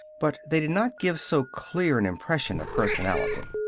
but they did not give so clear an impression of personality.